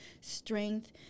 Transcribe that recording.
strength